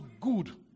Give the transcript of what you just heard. good